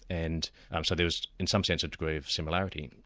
and um so there was in some sense a degree of similarity,